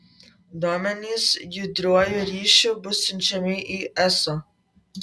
duomenys judriuoju ryšiu bus siunčiami į eso